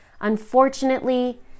Unfortunately